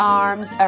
arms